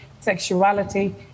sexuality